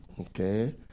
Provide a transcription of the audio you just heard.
Okay